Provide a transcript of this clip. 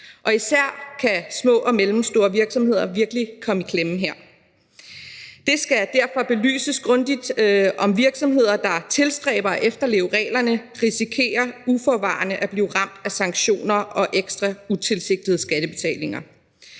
især kan små og mellemstore virksomheder her virkelig komme i klemme. Det skal derfor belyses grundigt, om virksomheder, der tilstræber at efterleve reglerne, uforvarende risikerer at blive ramt af sanktioner og ekstra utilsigtede skattebetalinger.